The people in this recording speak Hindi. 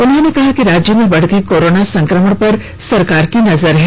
उन्होंने कहा कि राज्य में बढ़ते कोरोना संक्रमण पर सरकार की नजर है